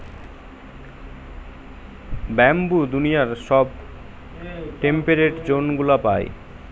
bamboo দুনিয়ার সব temperate জোনগুলা পায়